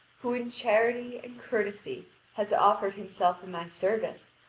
who in charity and courtesy has offered himself in my service,